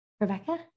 Rebecca